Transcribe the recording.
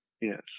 yes